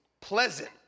pleasant